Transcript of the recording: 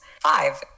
Five